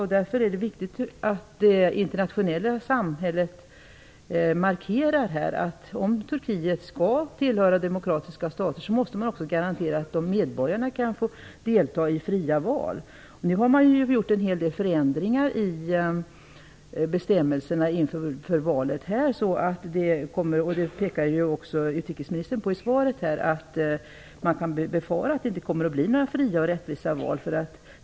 Det är därför viktigt att det internationella samfundet markerar att om Turkiet skall räkna sig som en demokratisk stat, måste man där också garantera att medborgarna får delta i fria val. Inför valet har man genomfört en hel del förändringar i bestämmelserna, och som utrikesministern också pekar på i svaret kan man därför befara att det inte kommer att bli fråga om några fria och rättvisa val.